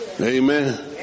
Amen